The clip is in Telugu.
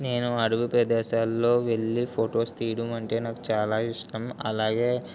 నేను అడుగు ప్రదేశాల్లో వెళ్ళి ఫొటోస్ తీయమంటే నాకు చాలా ఇష్టం అలాగే